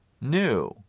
new